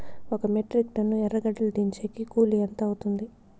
ఒక మెట్రిక్ టన్ను ఎర్రగడ్డలు దించేకి కూలి ఎంత అవుతుంది?